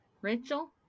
Rachel